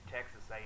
Texas